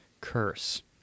curse